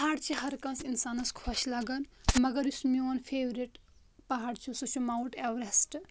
پہاڑ چھِ ہر کٲنٛسہِ انسانس خۄش لگان مگر یُس میون فیورٹ پہاڑ چھُ سُہ چھُ ماونٹ ایوریسٹ